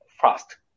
fast